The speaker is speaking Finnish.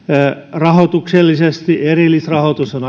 rahoituksellisesti erillisrahoitus on